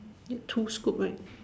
ya two scoop right